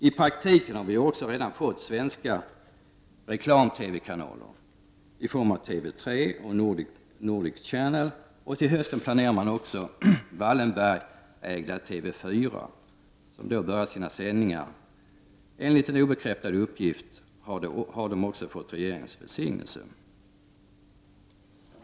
I praktiken har vi också redan fått svenska reklam-TV-kanaler i form av TV3 och Nordic Channel, och till hösten planeras Wallenbergägda TV 4 börja sina sändningar som enligt en obekräftad uppgift fått regeringens välsignelse.